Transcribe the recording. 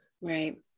right